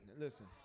Listen